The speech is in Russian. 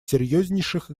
серьезнейших